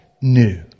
new